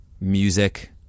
music